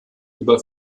über